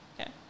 Okay